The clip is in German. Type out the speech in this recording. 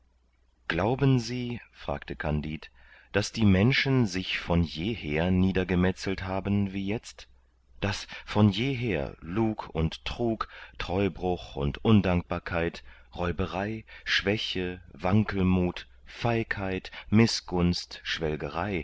glauben sie fragte kandid daß die menschen sich von jeher niedergemetzelt haben wie jetzt daß von jeher lug und trug treubruch und undankbarkeit räuberei schwäche wankelmuth feigheit mißgunst